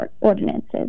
ordinances